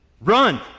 Run